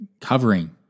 covering